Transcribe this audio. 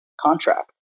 contract